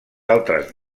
altres